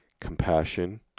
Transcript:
compassion